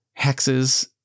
hexes